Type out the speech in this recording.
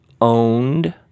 owned